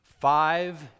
five